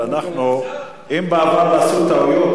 אבל אם בעבר עשו טעויות,